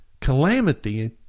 calamity